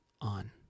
on